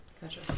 Gotcha